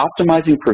Optimizing